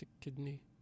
kidney